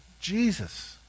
Jesus